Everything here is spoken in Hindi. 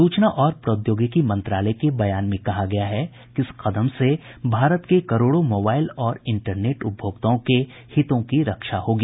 सूचना और प्रौद्योगिकी मंत्रालय के बयान में कहा गया है कि इस कदम से भारत के करोड़ों मोबाईल और इंटरनेट उपभोक्ताओं के हितों की रक्षा होगी